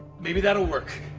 maybe that'll work.